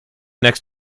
next